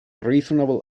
reasonably